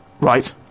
Right